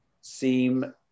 seem